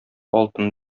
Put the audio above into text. алтын